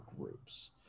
groups